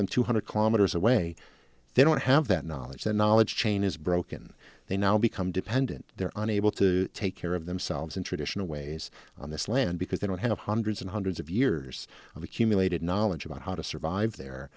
them two hundred kilometers away they don't have that knowledge their knowledge chain is broken they now become dependent they're unable to take care of themselves in traditional ways on this land because they don't have hundreds and hundreds of years of accumulated knowledge about how to survive the